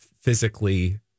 physically